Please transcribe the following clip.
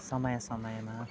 समय समयमा